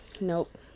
Nope